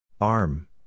Arm